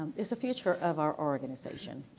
if the future of our organization.